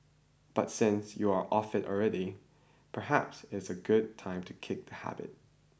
but since you are off it already perhaps it's a good time to kick the habit